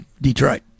Detroit